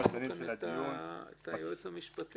השונים של הדיון --- יש לנו כאן את היועץ המשפטי.